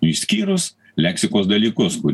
išskyrus leksikos dalykus kur